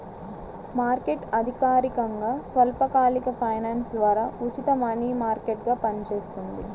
market అధికారికంగా స్వల్పకాలిక finance ద్వారా ఉచిత మనీ మార్కెట్గా పనిచేస్తుంది